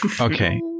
Okay